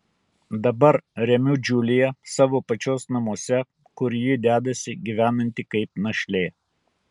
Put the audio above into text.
dabar remiu džiuliją savo pačios namuose kur ji dedasi gyvenanti kaip našlė